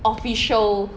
official